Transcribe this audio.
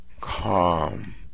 Calm